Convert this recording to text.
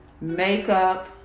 makeup